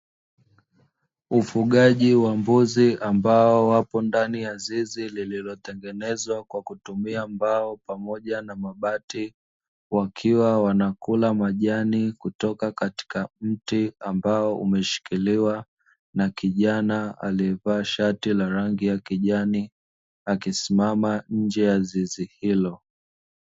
Ufugaji wa mbuzi, ambao wapo ndani ya zizi lililotengenezwa kwa kutumia mbao pamoja na mabati, wakiwa wanakula majani kutoka katika mti ambao umeshikiliwa na kijana aliyevaa shati la rangi ya kijani akisimama nje ya zizi hilo.